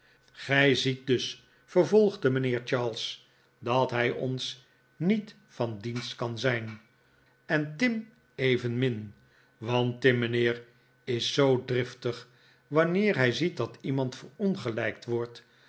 gij ziet dus vervolgde mijnheer charles dat hij ons niet van dienst kan zijn en tim evenmin want tim mijnheer is zoo driftig wanneer hij ziet dat iemand verongelijkt wordt